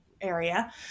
area